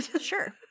Sure